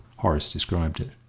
horace described it.